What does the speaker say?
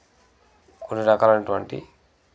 కొన్ని రకాలైనటువంటి